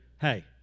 hey